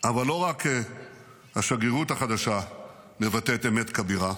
אבל לא רק השגרירות החדשה מבטאת אמת כבירה.